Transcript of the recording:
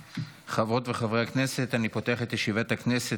חברות וחברי הכנסת, אני פותח את ישיבת הכנסת.